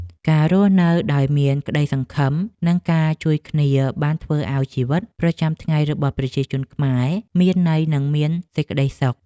ការរស់នៅដោយមានក្តីសង្ឃឹម និងការជួយគ្នាបានធ្វើឱ្យជីវិតប្រចាំថ្ងៃរបស់ប្រជាជនខ្មែរមានន័យនិងមានសេចក្ដីសុខ។